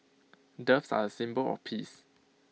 doves are A symbol of peace